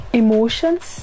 emotions